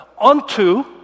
unto